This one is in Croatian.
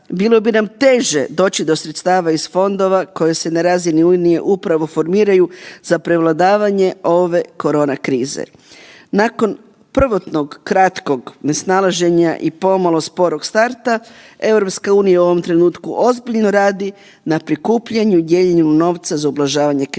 bilo bi nam teže doći do sredstava iz fondova koje se na razini unije upravo formiraju za prevladavanje ove korona krize. Nakon prvotnog kratkog nesnalaženja i pomalo sporog starta, EU u ovom trenutku ozbiljno radi na prikupljanju i dijeljenu novca za ublažavanje krize.